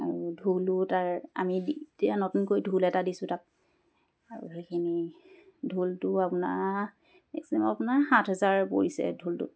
আৰু ঢোলো তাৰ আমি এতিয়া নতুনকৈ ঢোল এটা দিছোঁ তাক আৰু সেইখিনি ঢোলটো আপোনাৰ মেক্সিমাম আপোনাৰ সাত হাজাৰ পৰিছে ঢোলটোত